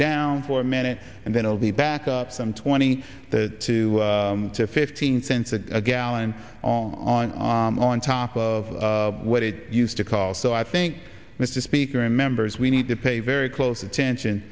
down for a minute and then it will be back to some twenty two to fifteen cents a gallon on on top of what it used to call so i think mr speaker and members we need to pay very close attention